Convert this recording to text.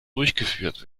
durchgeführt